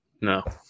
No